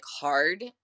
hard